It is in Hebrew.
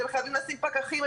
אתם חייבים לשים פקחים.